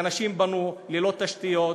ואנשים בנו ללא תשתיות,